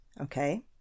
Okay